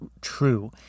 true